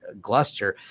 Gluster